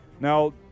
now